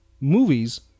movies